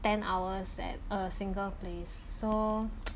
ten hours at a single place so